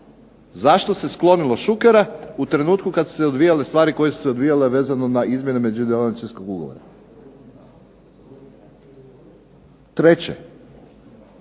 Zašto se sklonilo Šukera u trenutku kad su se odvijale stvari koje su se odvijale vezano na izmjene među dioničarskog ugovora. Treće.